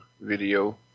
video